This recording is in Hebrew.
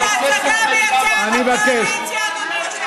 את ההצגה, הקואליציה, אדוני היושב-ראש.